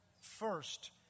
first